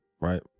right